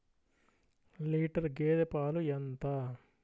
Litre గేదె పాలు ఎంత?